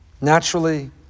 naturally